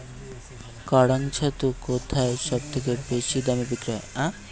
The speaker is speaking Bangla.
কাড়াং ছাতু কোথায় সবথেকে বেশি দামে বিক্রি হয়?